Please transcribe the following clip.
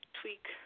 tweak